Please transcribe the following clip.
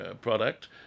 product